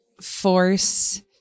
force